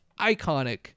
iconic